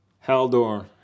Haldor